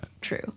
True